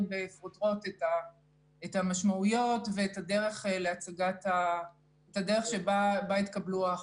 בפרוטרוט את המשמעויות ואת הדרך שבה התקבלו ההחלטות.